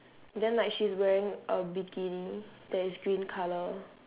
then like she's wearing a bikini that is green colour